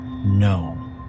No